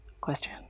question